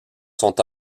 sont